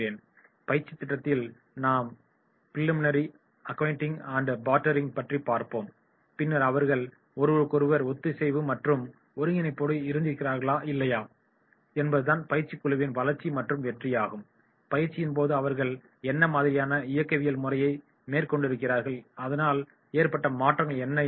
பயிற்சித் திட்டத்தில் நாம் ப்ரீலிமினரி அக்குயிண்டிங் அண்ட் பார்ட்டரிங் பற்றி பார்ப்போம் பின்னர் அவர்கள் ஒருவருக்கொருவர் ஒத்திசைவு அல்லது ஒருங்கிணைப்போடு இணைந்திருக்கிறார்களா இல்லையா என்பதுதான் பயிற்சி குழுவின் வளர்ச்சி மற்றும் வெற்றியாகும் பயிற்சியின் போது அவர்கள் என்ன மாதிரியான இயக்கவியல் முறையை மேற்கொண்டுயிருக்கிறார்கள் அதனால் ஏற்பட்ட மாற்றங்கள் என்ன என்று அறிய வேண்டும்